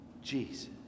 jesus